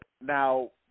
Now